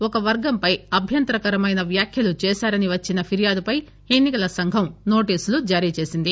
ఒకవర్గంపై అభ్యంతరకరమైన వ్యాఖ్యలు చేశారని వచ్చిన ఫిర్యాదుపై ఎన్ని కల సంఘం నోటీసులు జారీచేసింది